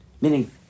Meaning